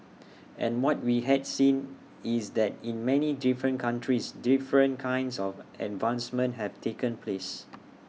and what we had seen is that in many different countries different kinds of advancements have taken place